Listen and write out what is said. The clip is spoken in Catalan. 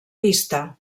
pista